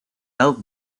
elk